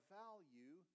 value